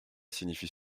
signifie